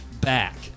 back